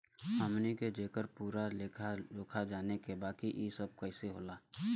हमनी के जेकर पूरा लेखा जोखा जाने के बा की ई सब कैसे होला?